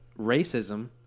racism